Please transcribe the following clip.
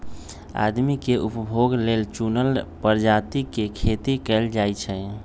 आदमी के उपभोग लेल चुनल परजाती के खेती कएल जाई छई